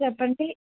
చెప్పండి